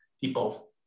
people